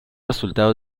resultado